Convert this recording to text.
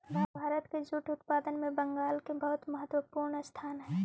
भारत के जूट उत्पादन में बंगाल के बहुत महत्त्वपूर्ण स्थान हई